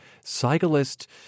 cyclist